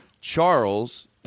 charles